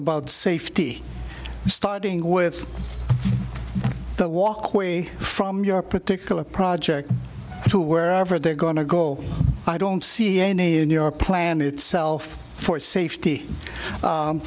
about safety starting with the walkway from your particular project to wherever they're going to go i don't see any in your plan itself for safety